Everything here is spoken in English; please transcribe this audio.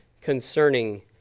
concerning